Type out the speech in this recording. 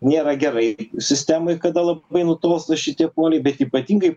nėra gerai sistemai kada labai nutolsta šitie poliai bet ypatingai